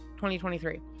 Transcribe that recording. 2023